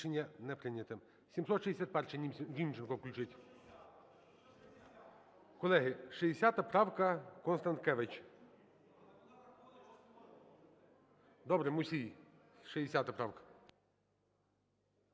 Добре, Мусій. 60 правка.